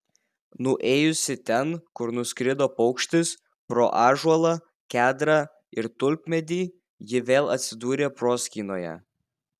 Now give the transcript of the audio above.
nuėjusi ten kur nuskrido paukštis pro ąžuolą kedrą ir tulpmedį ji vėl atsidūrė proskynoje